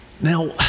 Now